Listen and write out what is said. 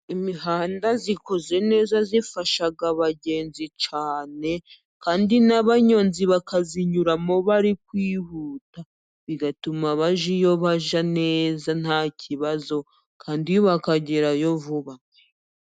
Imihanda ikoze neza ifasha abagenzi cyane, kandi n'abanyonzi bakayinyuramo bari kwihuta, bigatuma bajya iyo bajya neza nta kibazo, kandi bakagerayo vuba.